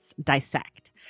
Dissect